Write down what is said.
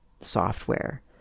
software